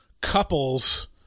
couples